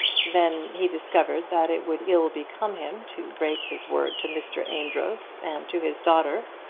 then he discovered that it would ill become him to break his word to mr. amedroz and to his daughter,